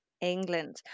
England